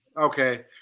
Okay